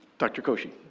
dr. cochi.